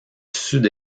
sud